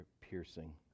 piercing